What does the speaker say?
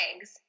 eggs